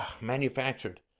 manufactured